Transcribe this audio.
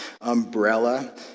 umbrella